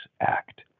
Act